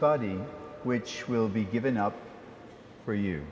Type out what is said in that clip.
body which will be given up for you